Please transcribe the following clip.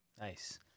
nice